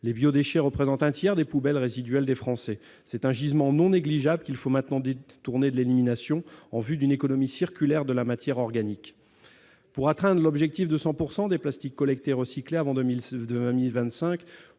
les biodéchets représentent un tiers des poubelles résiduel des Français c'est un gisement non négligeable qu'il faut maintenant dite tournée de l'élimination en vue d'une économie circulaire de la matière organique pourra train de l'objectif de 100 pourcent des plastiques collecté, recyclé avant 2007,